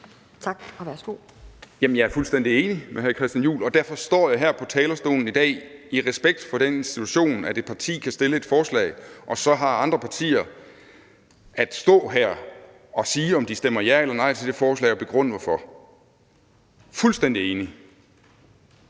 Tak, og værsgo.